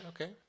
okay